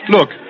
Look